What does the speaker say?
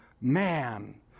man